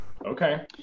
Okay